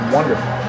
Wonderful